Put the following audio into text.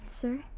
sir